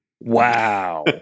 Wow